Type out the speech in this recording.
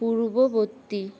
পূর্ববর্তী